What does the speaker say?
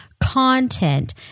content